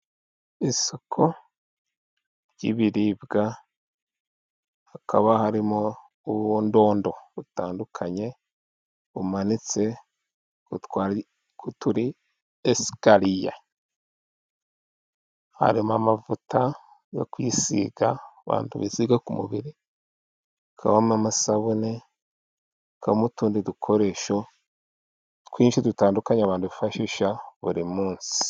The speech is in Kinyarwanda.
Isoko ry'ibiribwa hakaba harimo ubundondo butandukanye bumanitse kuturi esikariye harimo amavuta yo kwisiga abantu bisiga ku mubiri, hakabamo amasabune, hakabamo utundi dukoresho twinshi dutandukanye abantu bifashisha buri munsi.